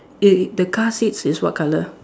eh the car seats is what colour